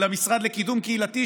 למשרד לקידום קהילתי,